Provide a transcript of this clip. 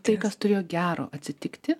tai kas turėjo gero atsitikti